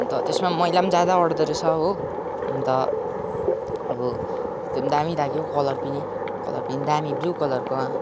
अन्त त्यसमा पनि मैला पनि ज्यादा आँट्दो रहेछ हो अन्त अब त्यो पनि दामी लाग्यो कलर पनि कलर पनि दामी ब्लू कलरको